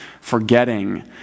forgetting